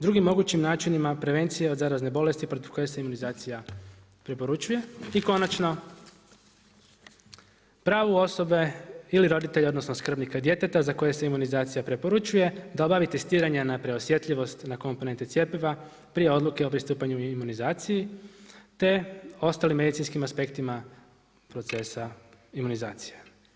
Drugim mogućim načinima prevencije od zarazne bolesti protiv koje se imunizacija preporučuje i konačno, pravo osobe ili roditelja, odnosno, skrbnika djeteta, za koje se imunizacija preporučuje da obavi testiranja na preosjetljivost, na komponente cjepiva, prije odluke o pristupanju imunizaciji, te ostalim medicinskim aspektima procesa imunizacije.